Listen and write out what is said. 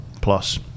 plus